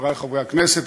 חברי חברי הכנסת,